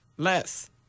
Less